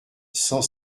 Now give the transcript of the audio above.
cent